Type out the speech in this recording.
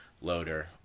loader